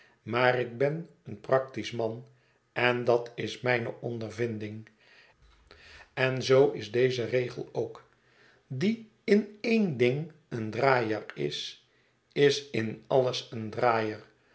maar ik ben een practisch man en dat is mijne ondervinding en zoo is deze regel ook die in één ding eeii draaier is is in alles een draaier